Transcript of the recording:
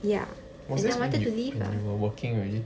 ya and I wanted to leave lah